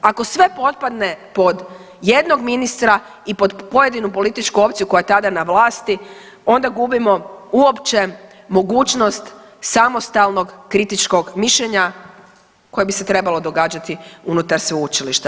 Ako sve potpadne pod jednog ministra i pod pojedinu političku opciju koja je tada na vlasti onda gubimo uopće mogućnost samostalnog kritičkog mišljenja koje bi se trebalo događati unutar sveučilišta.